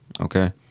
okay